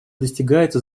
достигается